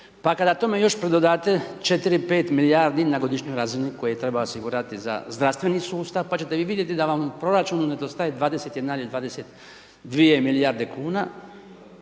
pa kada tome još pridodate 4-5 milijardi na godišnjoj razini koje treba osigurati za zdravstveni sustav, pa ćete vi vidjeti da vam u proračunu nedostaje 21 ili 22 milijarde kuna,